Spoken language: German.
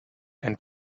ein